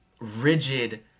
rigid